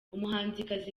umuhanzikazi